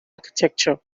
architecture